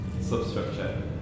substructure